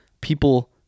people